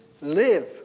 live